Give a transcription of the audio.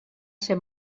ser